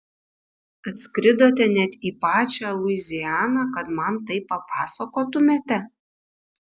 atskridote net į pačią luizianą kad man tai papasakotumėte